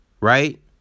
right